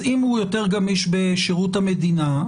הוא יותר גמיש בשירות המדינה,